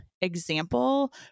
example